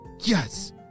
Yes